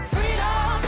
Freedom